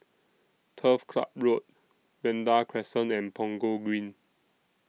Turf Club Road Vanda Crescent and Punggol Green